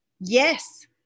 Yes